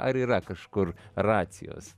ar yra kažkur racijos